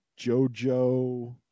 Jojo